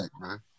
man